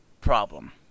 problem